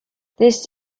this